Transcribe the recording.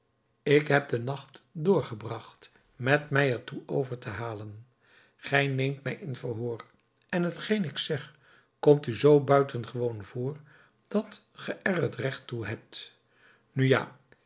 ik heb den nacht doorgebracht met er mij toe over te halen gij neemt mij in verhoor en t geen ik zeg komt u zoo buitengewoon voor dat ge er het recht toe hebt nu ja